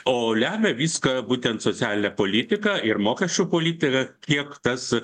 o lemia viską būtent socialinė politika ir mokesčių politika kiek tas